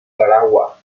tarawa